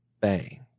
Bang